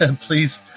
please